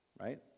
Right